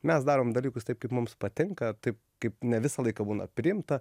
mes darom dalykus taip kaip mums patinka taip kaip ne visą laiką būna priimta